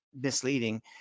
misleading